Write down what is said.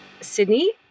Sydney